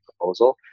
proposal